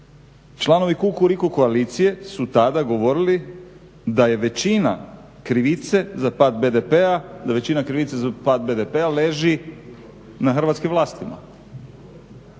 članovi Kukuriku koalicije su tada govorili da većina krivice za pad BDP-a leži na hrvatskim vlastima.